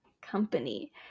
company